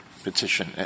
Petition